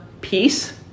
peace